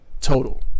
Total